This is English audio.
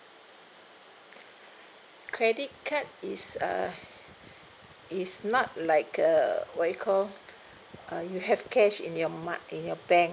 credit card is uh is not like a what you call uh you have cash in your m~ in your bank